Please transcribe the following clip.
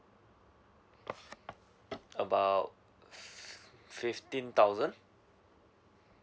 about fifteen thousand